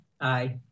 Aye